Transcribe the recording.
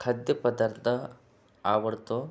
खाद्यपदार्थ आवडतो